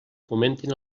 fomenten